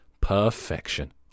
Perfection